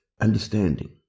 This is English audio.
understanding